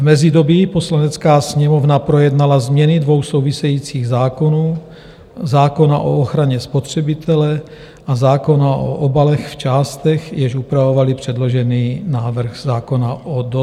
V mezidobí Poslanecká sněmovna projednala změny dvou souvisejících zákonů, zákona o ochraně spotřebitele a zákona o obalech v částech, jež upravovaly předložený návrh zákona o dozoru.